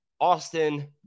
Austin